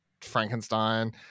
Frankenstein